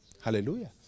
Hallelujah